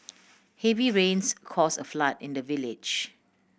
heavy rains cause a flood in the village